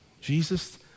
Jesus